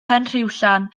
penrhiwllan